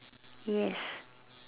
yes